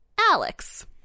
Alex